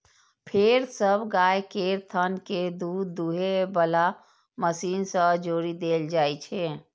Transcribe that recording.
फेर सब गाय केर थन कें दूध दुहै बला मशीन सं जोड़ि देल जाइ छै